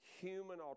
Human